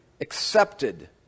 accepted